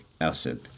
acid